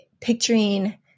picturing